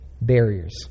barriers